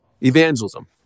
evangelism